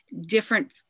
Different